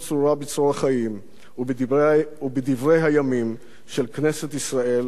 ובדברי הימים של כנסת ישראל ומדינת ישראל.